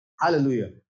Hallelujah